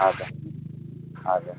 हजुर हजुर